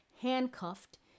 handcuffed